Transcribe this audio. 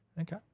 Okay